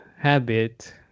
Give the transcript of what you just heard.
habit